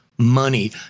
money